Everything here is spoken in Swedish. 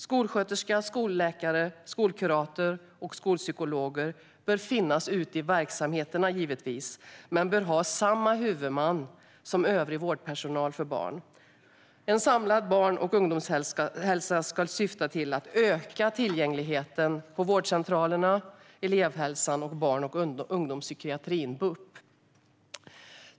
Skolsköterskor, skolläkare, skolkuratorer och skolpsykologer ska givetvis finnas ute i verksamheterna men bör ha samma huvudman som övrig vårdpersonal för barn. En samlad barn och ungdomshälsa ska syfta till att öka tillgängligheten på vårdcentralerna, elevhälsan och barn och ungdomspsykiatrin, BUP.